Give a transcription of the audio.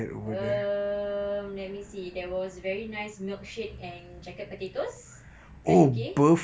um let me see there was very nice milkshake and jacket potatoes kat U_K